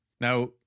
Now